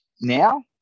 now